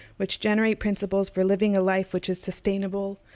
which generate principles for living a life which is sustainable,